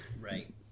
Right